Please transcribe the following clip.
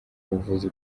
buvuzi